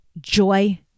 joy